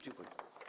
Dziękuję.